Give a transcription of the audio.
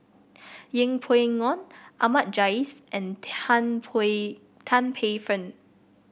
Yeng Pway Ngon Ahmad Jais and Tan Paey Tan Paey Fern